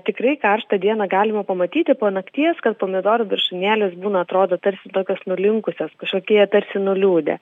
tikrai karštą dieną galima pamatyti po nakties kad pomidorų viršūnėlės būna atrodo tarsi tokios nulinkusios kažkokie jie tarsi nuliūdę